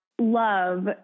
love